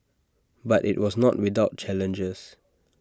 but IT was not without challenges